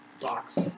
box